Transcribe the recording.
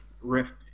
Rift